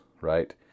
right